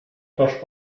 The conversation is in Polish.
ktoś